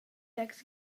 legs